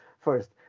first